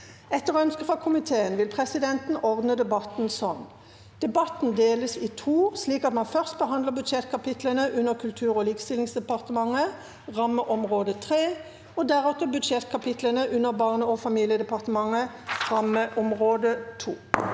og kulturkomiteen vil presidenten ordne debatten slik: Debatten deles i to, slik at man først behandler budsjettkapitlene under Kultur- og likestillingsdepartementet, rammeområde 3, og deretter budsjettkapitlene under Barne- og familiedepartementet, rammeområde 2.